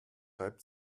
reibt